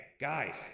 guys